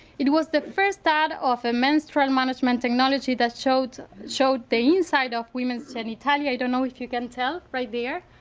it was the first ad of a menstrual management technology that showed showed the inside of woman's genitalia. i don't know if you can tell right there